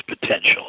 potential